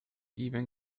even